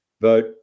vote